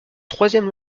troisième